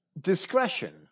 Discretion